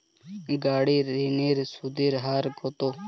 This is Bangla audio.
গাড়ির ঋণের সুদের হার কতো?